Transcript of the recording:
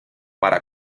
para